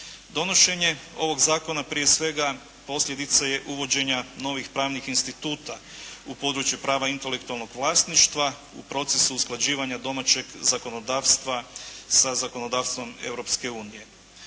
Donošenje ovog zakona prije svega posljedica je uvođenja novih pravnih instituta u području prava intelektualnog vlasništva u procesu usklađivanja domaćeg zakonodavstva sa zakonodavstvom Europske unije.